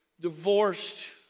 divorced